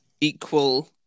equal